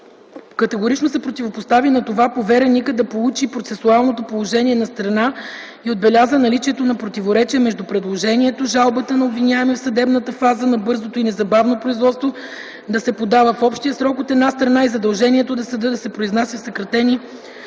Категорично се противопостави на това повереникът да получи процесуалното положение на страна и отбеляза наличието на противоречие между предложението жалбата на обвиняемия в съдебната фаза на бързото и незабавното производство да се подава в общия срок, от една страна, и задължението на съда да се произнася в съкратени